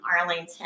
Arlington